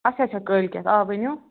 اَچھا اَچھا کٲلۍکٮ۪تھ آ ؤنِو